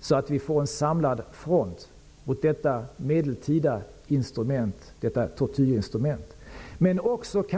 så att vi får en samlad front mot detta medeltida tortyrinstrument.